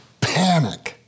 panic